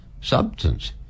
substance